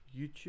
YouTube